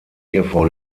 ehefrau